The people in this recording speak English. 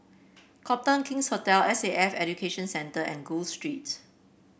Copthorne King's Hotel S A F Education Centre and Gul Street